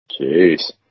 Jeez